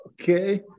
Okay